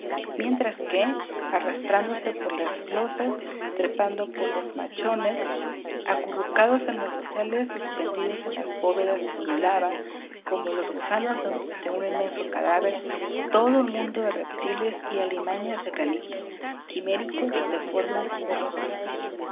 mientras que arrastrándose por las losas trepando por los machones acurrucados en los doseles suspendidos de las bóvedas pululaban como los gusanos de un inmenso cadáver todo un mundo de reptiles y alimañas de granito quiméricos deformes horrorosos